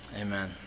Amen